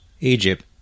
Egypt